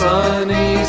Sunny